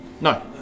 No